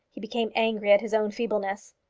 he became angry at his own feebleness.